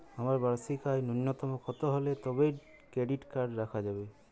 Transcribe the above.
আমার বার্ষিক আয় ন্যুনতম কত হলে তবেই ক্রেডিট কার্ড রাখা যাবে?